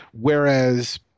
Whereas